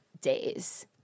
days